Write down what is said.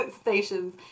stations